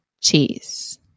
cheese